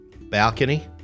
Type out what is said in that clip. balcony